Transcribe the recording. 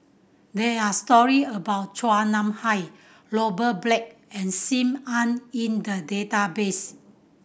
there are story about Chua Nam Hai Robert Black and Sim Ann in the database